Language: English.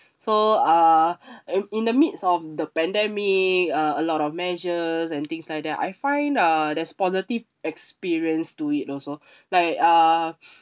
so uh in in the midst of the pandemic uh a lot of measures and things like that I find uh there's positive experience to it also like err